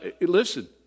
listen